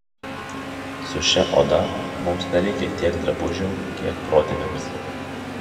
su šia oda mums nereikia tiek drabužių kiek protėviams